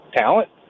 talent